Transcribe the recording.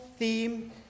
theme